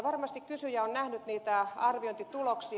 varmasti kysyjä on nähnyt niitä arviointituloksia